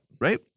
Right